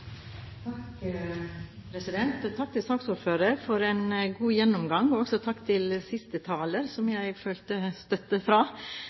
Takk til saksordføreren for en god gjennomgang og også takk til siste taler, som jeg følte støtte fra.